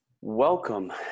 Welcome